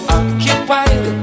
occupied